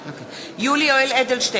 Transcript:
(קוראת בשמות חברי הכנסת) יולי יואל אדלשטיין,